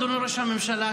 אדוני ראש הממשלה,